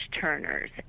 turners